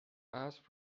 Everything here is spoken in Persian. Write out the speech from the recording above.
اسب